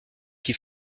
qui